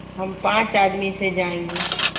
ہم پانچ آدمی سے جائیں گے